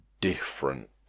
different